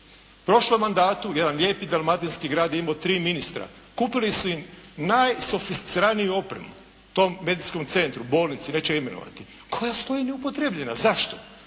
prošlom mandatu jedan lijepi dalmatinski grad je imao tri ministra. Kupili su im najsofisticiraniju opremu tom medicinskom centru, bolnici, neću je imenovati, koja stoji neupotrebljena. Zašto?